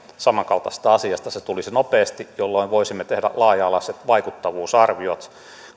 samankaltaisesta asiasta se tulisi nopeasti jolloin voisimme tehdä laaja alaiset vaikuttavuusarviot